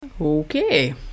Okay